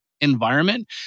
environment